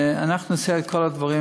אנחנו נעשה את כל הדברים.